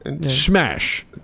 Smash